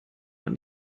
man